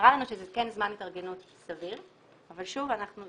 נראה לנו שזה כן זמן התארגנות סביר, אבל שוב זה